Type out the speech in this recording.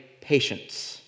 patience